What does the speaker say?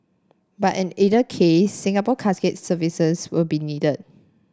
but in either case Singapore Casket's services will be needed